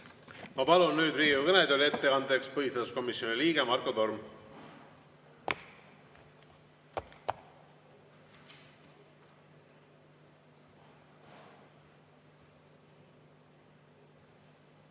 Ma palun nüüd Riigikogu kõnetooli ettekandeks põhiseaduskomisjoni liikme Marko Tormi.